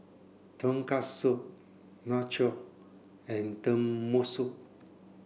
Tonkatsu Nacho and Tenmusu